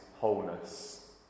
wholeness